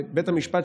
ובית המשפט,